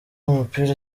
umupira